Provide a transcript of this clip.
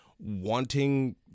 wanting